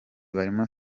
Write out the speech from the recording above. barimo